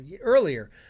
earlier